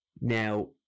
Now